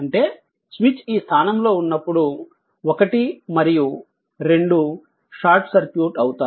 అంటే స్విచ్ ఈ స్థానం లో ఉన్నప్పుడు 1 మరియు 2 షార్ట్ సర్క్యూట్ అవుతాయి